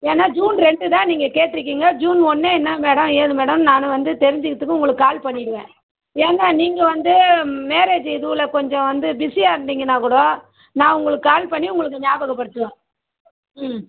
ஏனால் ஜூன் ரெண்டுதான் நீங்கள் கேட்டிருக்கீங்க ஜூன் ஒன்றே என்ன மேடம் ஏது மேடம்னு நான் வந்து தெரிஞ்சுக்கிறத்துக்கு உங்களுக்கு கால் பண்ணிடுவேன் ஏனால் நீங்க வந்து மேரேஜ் இதுல கொஞ்சம் வந்து பிஸியாக இருந்தீங்கன்னால்கூட நான் உங்களுக்கு கால் பண்ணி உங்களுக்கு ஞாபகப்படுத்துவேன் ம்